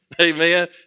Amen